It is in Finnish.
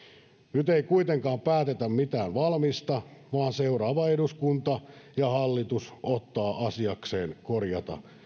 nyt ei kuitenkaan päätetä mitään valmista vaan seuraava eduskunta ja hallitus ottavat asiakseen korjata